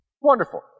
Wonderful